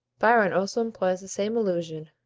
byron also employs the same allusion,